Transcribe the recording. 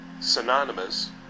synonymous